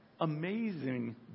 Amazing